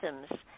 systems